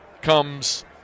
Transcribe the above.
comes –